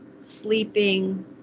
sleeping